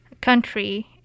country